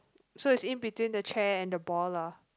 so it's in between the chair and the ball lah